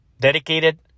dedicated